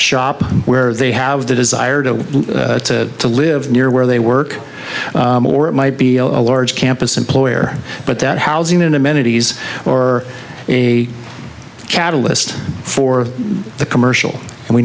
shop where they have the desire to to live near where they work or it might be a large campus employer but that housing in amenities or a catalyst for the commercial and we